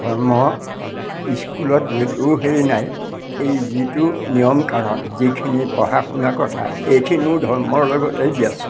ধৰ্ম স্কুলত যদিও হেৰি নাই এই যিটো নিয়ম কানুন যিখিনি পঢ়া শুনা কথা এইখিনিও ধৰ্মৰ লগতেই ব্যস্ত